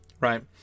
Right